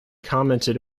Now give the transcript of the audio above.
commented